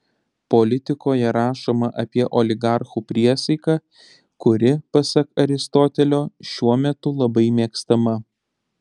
politikoje rašoma apie oligarchų priesaiką kuri pasak aristotelio šiuo metu labai mėgstama